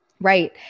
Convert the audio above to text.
Right